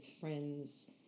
friends